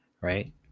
Right